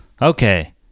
Okay